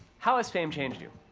how has fame changed you?